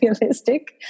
realistic